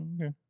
okay